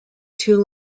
two